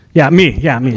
yeah, me. yeah, me.